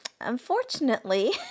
unfortunately